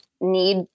need